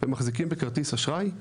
ומחזיקים בכרטיס אשראי.